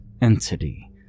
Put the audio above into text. entity